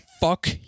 Fuck